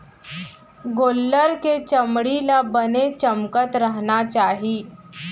गोल्लर के चमड़ी ल बने चमकत रहना चाही